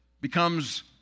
becomes